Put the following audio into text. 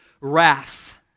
wrath